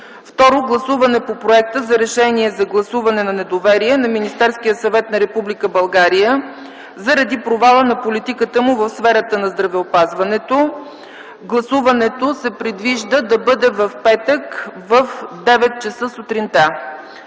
Второ – гласуване по Проекта за решение за гласуване на недоверие на Министерския съвет на Република България заради провала на политиката му в сферата на здравеопазването. Гласуването се предвижда да бъде в петък в 9,00 ч. сутринта;